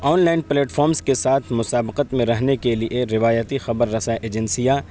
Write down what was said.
on line platforms کے ساتھ مسابقت میں رہنے کے لیے روایتی خبر رساں ایجنسیاں